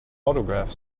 autograph